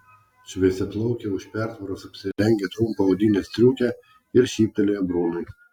šviesiaplaukė už pertvaros apsirengė trumpą odinę striukę ir šyptelėjo brunui